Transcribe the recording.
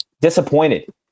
disappointed